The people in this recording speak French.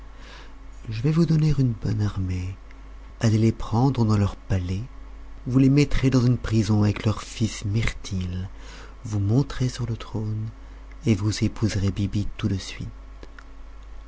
je vais vous donner une bonne armée allez les prendre dans leur palais vous les mettrez dans une prison avec leur fils mirtil vous monterez sur le trône et vous épouserez biby tout de suite